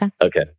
Okay